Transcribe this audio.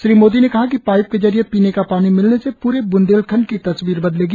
श्री मोदी ने कहा कि पाइप के जरिए पीने का पानी मिलने से प्रे बंदेलखंड की तस्वीर बदलेगी